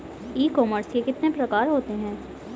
ई commerce के कितने प्रकार होते हैं?